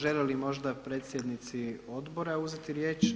Žele li možda predsjednici Odbora uzeti riječ?